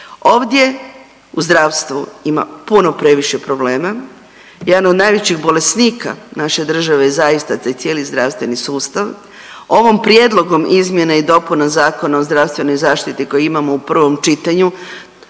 Ovdje u zdravstvu ima puno previše problema, jedan od najvećih bolesnika naše države je zaista taj cijeli zdravstveni sustav. Ovom prijedlogom izmjena i dopuna Zakona o zdravstvenoj zaštiti koji imamo u prvom čitanju,